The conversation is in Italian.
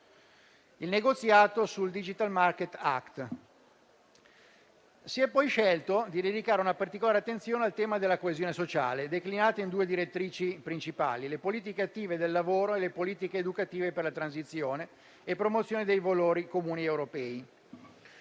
il negoziato sul *digital market act.* Si è poi scelto di dedicare una particolare attenzione al tema della coesione sociale, declinata in due direttrici principali: le politiche attive del lavoro e le politiche educative per la transizione e la promozione dei valori comuni europei.